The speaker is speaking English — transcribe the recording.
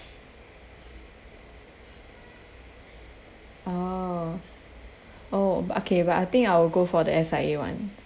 oh oh but okay but I think I will go for the S_I_A [one]